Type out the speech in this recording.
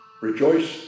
Rejoice